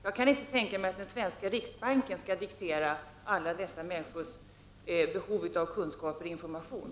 Jag kan inte tänka mig att den svenska riksbanken skall diktera alla dessa människors behov av kunskap och information.